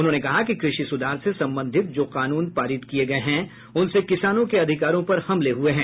उन्होंने कहा कि कृषि सुधार से संबंधित जो कानून पारित किये गये हैं उनसे किसानों के अधिकारों पर हमले हुए हैं